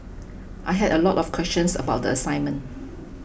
I had a lot of questions about the assignment